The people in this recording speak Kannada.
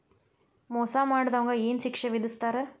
ಮೋಸಾ ಮಾಡಿದವ್ಗ ಏನ್ ಶಿಕ್ಷೆ ವಿಧಸ್ತಾರ?